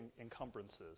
encumbrances